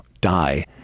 die